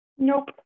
nope